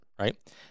right